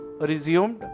resumed